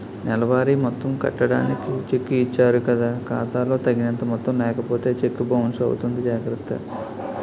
నెలవారీ మొత్తం కట్టడానికి చెక్కు ఇచ్చారు కదా ఖాతా లో తగినంత మొత్తం లేకపోతే చెక్కు బౌన్సు అవుతుంది జాగర్త